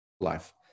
life